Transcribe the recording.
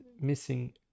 missing